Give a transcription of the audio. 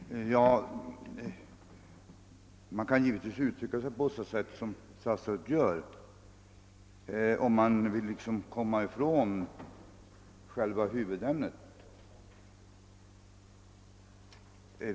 Herr talman! Man kan givetvis utirycka sig så som statsrådet gör, om man liksom vill komma ifrån själva huvudämnet.